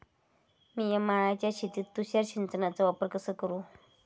मिया माळ्याच्या शेतीत तुषार सिंचनचो वापर कसो करू?